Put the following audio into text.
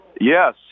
Yes